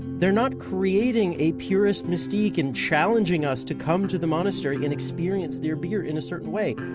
they're not creating a purest mystique and challenging us to come to the monastery and experience their beer in a certain way.